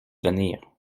venir